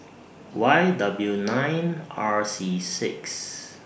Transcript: Y W nine R C six